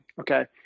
Okay